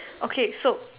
okay so